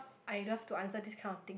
I love to answer this kind of thing